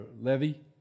levy